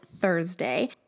Thursday